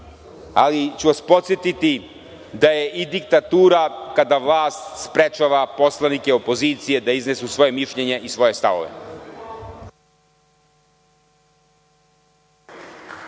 ali podsetiću vas da je i diktatura kada vlast sprečava poslanike opozicije da iznesu svoje mišljenje i svoje stavove.